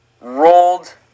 rolled